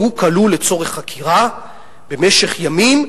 והוא כלוא לצורך חקירה במשך ימים,